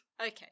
Okay